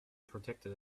protected